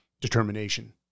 determination